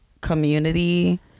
community